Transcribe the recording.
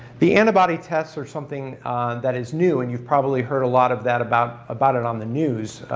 the antibody tests are something that is new and you've probably heard a lot of that about about it on the news,